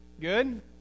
Good